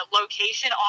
location